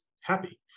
happy